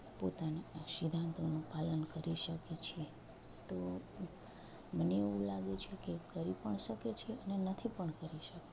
પોતાના સિદ્ધાંતોનું પાલન કરી શકે છે તો મને એવું લાગે છે કે કરી પણ શકે છે અને નથી પણ કરી શકતા